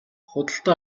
худалдан